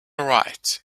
right